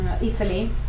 Italy